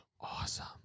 Awesome